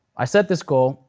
i set this goal,